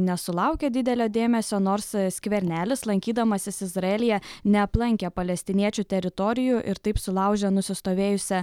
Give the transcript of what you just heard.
nesulaukė didelio dėmesio nors skvernelis lankydamasis izraelyje neaplankė palestiniečių teritorijų ir taip sulaužė nusistovėjusią